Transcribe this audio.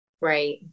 Right